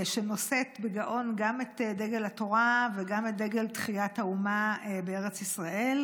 שנושאת בגאון גם את דגל התורה וגם את דגל תחיית האומה בארץ ישראל.